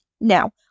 Now